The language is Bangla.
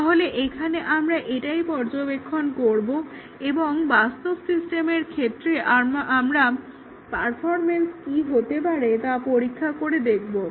তাহলে এখানে আমরা এটাই পর্যবেক্ষণ করব এবং একটা বাস্তব সিস্টেমের ক্ষেত্রে আমরা পারফরম্যান্স কি হতে পারে তা পরীক্ষা করে দেখবো